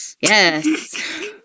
Yes